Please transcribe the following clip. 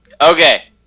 Okay